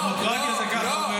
בדמוקרטיה זה ככה.